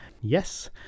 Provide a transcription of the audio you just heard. Yes